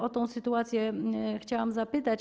O tę sytuację chciałam zapytać.